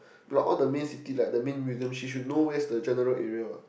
but all the main city like that mean we should know where's the general area [what]